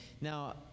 Now